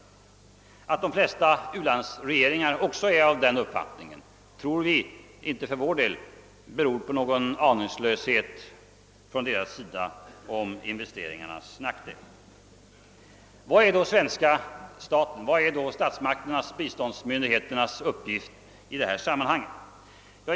Att de flesta u-landsregeringar också har den uppfattningen tror vi inte beror på någon aningslöshet hos dem om investeringarnas nackdelar. Vilken är då de statliga biståndsmyndigheternas uppgift i detta sammanhang?